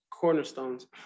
cornerstones